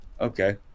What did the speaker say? Okay